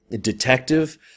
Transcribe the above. detective